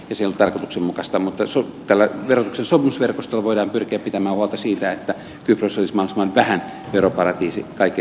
se ei ollut tarkoituksenmukaista mutta tällä verotuksen sopimusverkostolla voidaan pyrkiä pitämään huolta siitä että kypros olisi mahdollisimman vähän veroparatiisi kaiken kaikkiaan